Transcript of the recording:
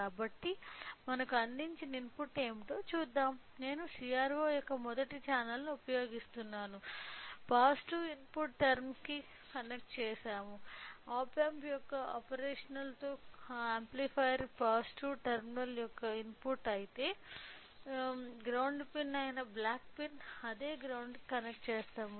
కాబట్టి మనకు అందించిన ఇన్పుట్ ఏమిటో అర్థం చేసుకుందాం నేను CRO యొక్క మొదటి ఛానెల్ని ఉపయోగిస్తాను పాజిటివ్ ఇన్పుట్ టర్మ్ కి కనెక్ట్ చేస్తాము ఆప్ ఆంప్ యొక్క ఆపరేషనల్ యాంప్లిఫైయర్ పాజిటివ్ టెర్మినల్ యొక్క ఇన్పుట్ అయితే గ్రౌండ్ పిన్ అయిన బ్లాక్ పిన్ అదే గ్రౌండ్ కి కనెక్ట్ చేస్తాము